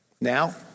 now